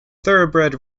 thoroughbred